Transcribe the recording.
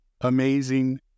amazing